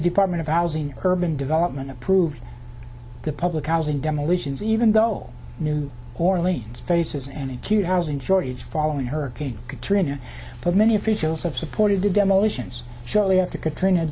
department of housing and urban development approved the public housing demolitions even though new orleans faces a an acute housing shortage following hurricane katrina but many officials have supported the demolitions shortly after katrina